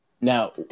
now